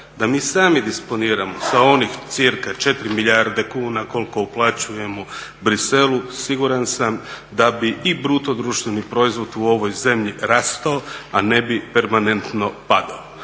Da mi sami disponiramo sa onih cirka 4 milijarde kuna koliko uplaćujemo Bruxellesu siguran sam da bi i bruto društveni proizvod u ovoj zemlji rastao, a ne bi permanentno padao.